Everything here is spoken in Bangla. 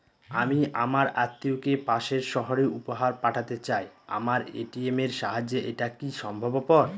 আমি আমার আত্মিয়কে পাশের সহরে উপহার পাঠাতে চাই আমার এ.টি.এম এর সাহায্যে এটাকি সম্ভবপর?